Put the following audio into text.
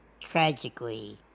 tragically